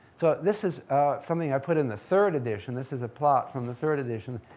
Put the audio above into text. so this is something i put in the third edition. this is a plot from the third edition.